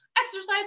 exercise